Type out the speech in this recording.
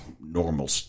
normal